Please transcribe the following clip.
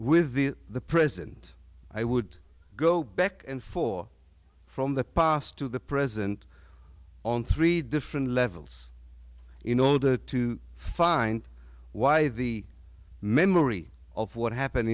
with the present i would go back and for from the past to the present on three different levels in order to find why the memory of what happened